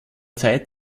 zeit